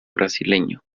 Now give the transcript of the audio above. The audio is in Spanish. brasileño